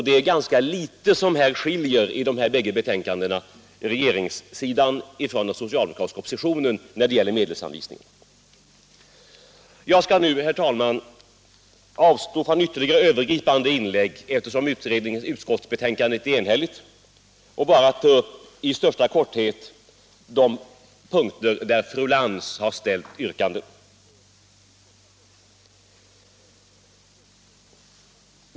Det är ganska litet som skiljer regeringssidan från den socialdemokratiska oppositionen när det gäller medelsanvisningarna i dessa bägge betänkanden. Jag skall, herr talman, avstå från ytterligare övergripande synpunkter, eftersom utskottsbetänkandet i huvudsak är enhälligt, och bara i största korthet ta upp de punkter där fru Lantz ställt yrkanden.